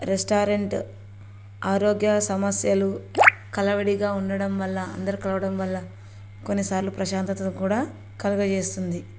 restaurant ఆరోగ్య సమస్యలు కలవిడిగా ఉండడం వల్ల అందరు కలవడం వల్ల కొన్నిసార్లు ప్రశాంతతను కూడా కలగజేస్తుంది